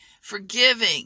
forgiving